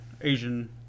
Asian